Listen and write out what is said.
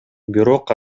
бирок